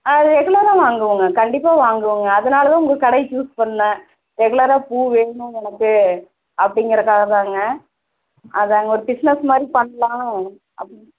அது ரெகுலராக வாங்குவோங்க கண்டிப்பாக வாங்குவோங்க அதனால தான் உங்கள் கடையை சூஸ் பண்ணிணேன் ரெகுலராக பூ வேணும் எனக்கு அப்படிங்கிறக்காக தாங்க அதுதாங்க ஒரு பிஸ்னஸ் மாதிரி பண்ணலாம் அப்படி